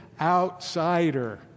outsider